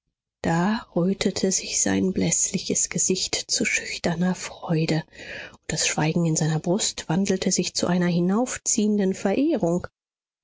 da rötete sich sein bläßliches gesicht zu schüchterner freude und das schweigen in seiner brust wandelte sich zu einer hinaufziehenden verehrung